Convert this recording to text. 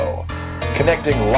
connecting